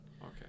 okay